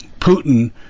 Putin